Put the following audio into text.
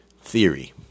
theory